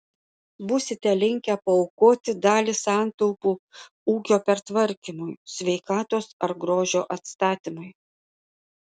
būsite linkę paaukoti dalį santaupų ūkio pertvarkymui sveikatos ar grožio atstatymui